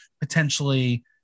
potentially